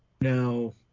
Now